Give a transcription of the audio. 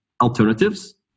alternatives